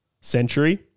century